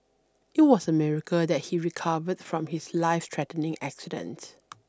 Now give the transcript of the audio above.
it was a miracle that he recovered from his lifethreatening accident